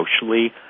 socially